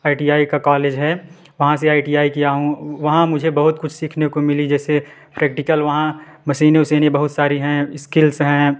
I T I का college है वहाँ से आइ टी आई किया हूँ वहाँ मुझे बहुत कुछ सिखने को मिली जैसे प्रेक्टिकल वहाँ मशीनें वशीने बहुत सारी हैं एस्किल्स